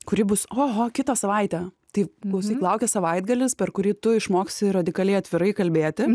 kuri bus oho kitą savaitę tai mūsų laukia savaitgalis per kurį tu išmoksi radikaliai atvirai kalbėti